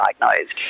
diagnosed